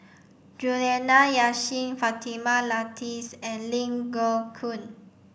Juliana Yasin Fatimah Lateef and Ling Geok Choon